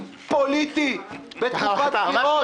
לכלי פוליטי בתקופת בחירות.